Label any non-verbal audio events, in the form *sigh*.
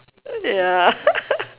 ya *laughs*